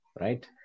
right